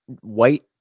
white